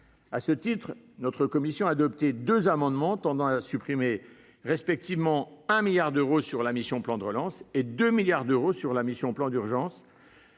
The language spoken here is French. À ce titre, la commission des finances a adopté deux amendements tendant à supprimer respectivement un milliard d'euros sur la mission « Plan de relance » et 2 milliards d'euros sur la mission « Plan d'urgence